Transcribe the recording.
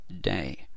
day